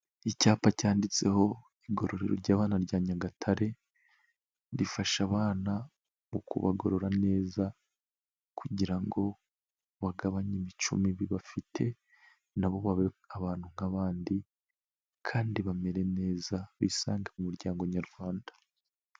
Icyapa cyanditseho ''igororero ry'abana rya Nyagatare'' rifasha abana mu kubagorora neza, kugira ngo bagabanye imico mibi bafite, nabo babe abantu nk'abandi kandi bamere neza bisange ku muryango nyarwanda.